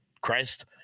Christ